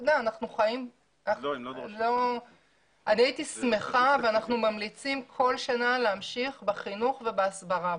אני הייתי שמחה ואנחנו ממליצים בכל שנה להמשיך בחינוך ובהסברה,